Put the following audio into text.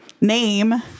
name